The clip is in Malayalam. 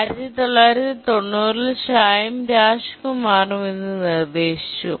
1990 ൽ ഷായും രാജ്കുമാറും ഇത് നിർദ്ദേശിച്ചു